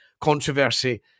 controversy